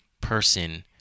person